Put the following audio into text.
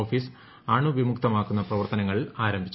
office അണുവിമുക്തമാക്കുന്ന പ്രവർത്തനങ്ങൾ ആരംഭിച്ചു